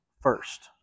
first